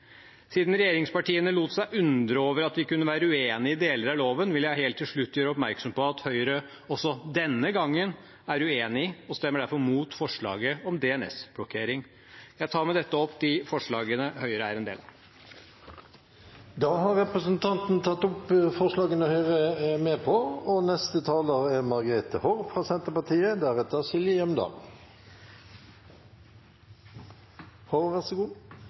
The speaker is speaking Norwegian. Siden regjeringspartiene lot seg forundre over at vi kunne være uenige i deler av loven, vil jeg helt til slutt gjøre oppmerksom på at Høyre også denne gangen er uenig i, og derfor stemmer mot, forslaget om DNS-blokkering. Jeg tar med dette opp de forslagene Høyre er en del av. Representanten Tage Pettersen har tatt opp de forslagene han refererte til. Det er